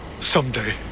Someday